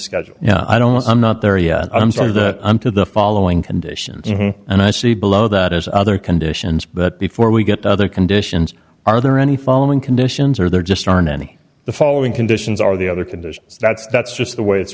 schedule i don't i'm not there yet i'm sort of the i'm to the following conditions and i see below that as other conditions but before we get other conditions are there any following conditions are there just aren't any the following conditions are the other conditions that's that's just the way it's